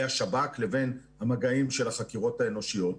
השב"כ לבין המגעים של החקירות האנושיות.